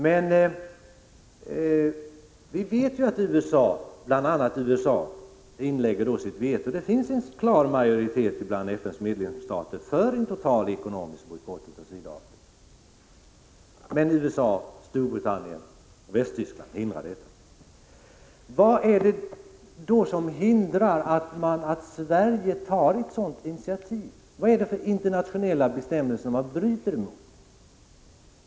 Men vi vet ju att bl.a. USA inlägger sitt veto, trots att det finns en klar majoritet bland FN:s medlemsstater för en total ekonomisk bojkott av Sydafrika. USA, Storbritannien och Västtyskland hindrar detta. Vad är det som hindrar att Sverige tar ett initiativ? Vad är det för internationella bestämmelser man bryter mot?